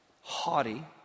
haughty